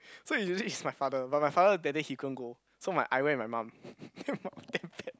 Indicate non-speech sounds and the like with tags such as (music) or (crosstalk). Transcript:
so it usually it's my father but my father that day he couldn't go so my I went with my mum (laughs) then my mum damn bad